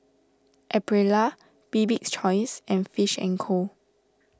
Aprilia Bibik's Choice and Fish and Co